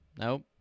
Nope